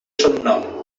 son